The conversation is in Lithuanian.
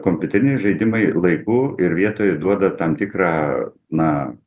kompiuteriniai žaidimai laiku ir vietoje duoda tam tikrą na